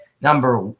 number